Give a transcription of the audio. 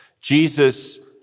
Jesus